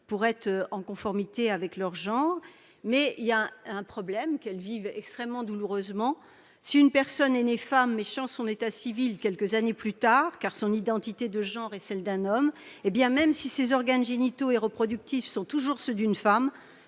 pour être en conformité avec leur genre, mais cela pose un problème, qu'elles vivent extrêmement douloureusement : si une personne est née femme, mais change, quelques années plus tard, son état civil parce que son identité de genre est celle d'un homme, même si ses organes génitaux et reproductifs sont toujours ceux d'une femme,